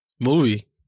movie